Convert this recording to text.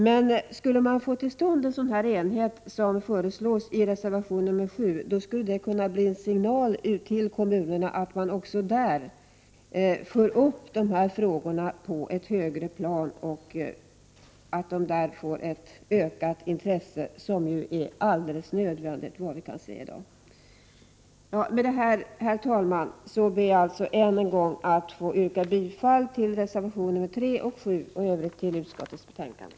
Men skulle man få till stånd en sådan enhet som föreslås i reservation nr 7, skulle det kunna bli en signal till kommunerna att föra upp dessa frågor på ett högre plan, så att de där kan möta ett ökat intresse, något som såvitt vi i dag kan se är alldeles nödvändigt. Med detta, herr talman, ber jag än en gång att få yrka bifall till reservationerna nr 3 och 7 och i övrigt till utskottets hemställan.